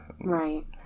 Right